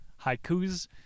Haikus